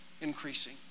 increasing